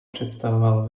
představoval